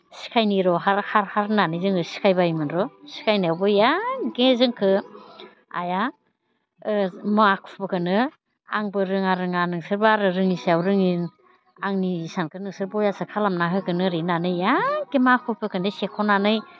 सिखायनि र' हर हार हार होननानै जोङो सिखायबायमोनर' सिखायनायाव बयाके जोंखौ आइआ माखुखौनो आंबो रोङा रोङानो नोंसोरबो आरो रोङि सायाव रोङि आंनि इसानखौ नोंसोर बेयासो खालामना होगोन ओरै होननानै ऐके माखुफोरखौनो सेख'नानै